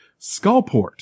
Skullport